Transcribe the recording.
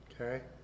okay